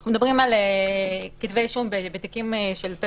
אנחנו מדברים על כתבי אישום בפשע חמור,